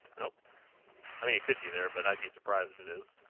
nope i mean it could be there but i'd be surprised if it is